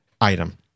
item